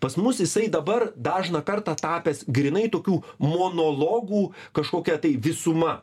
pas mus jisai dabar dažną kartą tapęs grynai tokių monologų kažkokia tai visuma